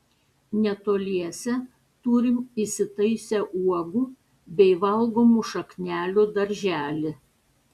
netoliese turime įsitaisę uogų bei valgomų šaknelių darželį